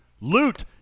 Loot